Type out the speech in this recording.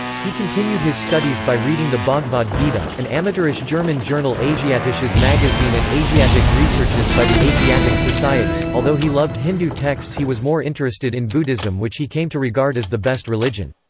he continued his studies by reading the bhagavad gita, an amateurish german journal asiatisches magazin and asiatick researches by the asiatic society. although he loved hindu texts he was more interested in buddhism which he came to regard as the best religion.